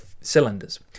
cylinders